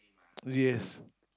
yes